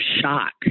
shock